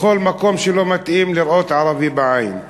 בכל מקום שלא מתאים לראות ערבי בעין.